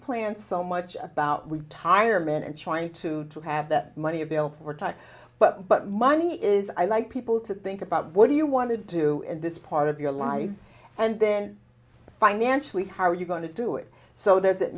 plan so much about we tire men and trying to have that money available or time but money is i like people to think about what do you want to do in this part of your life and then financially how are you going to do it so there's that